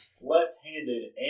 left-handed